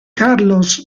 carlos